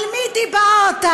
על מי דיברת?